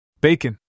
Bacon